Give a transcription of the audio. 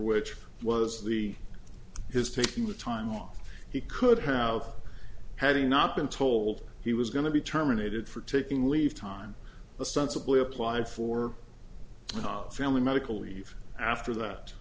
which was the his taking the time off he could have had he not been told he was going to be terminated for taking leave time sensibly apply for family medical leave after that